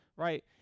Right